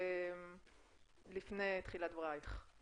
לפני תחילת דברייך.